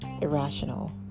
irrational